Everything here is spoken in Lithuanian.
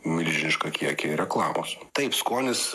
milžinišką kiekį reklamos taip skonis